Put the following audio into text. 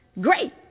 Great